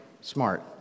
smart